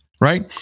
right